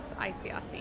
ICRC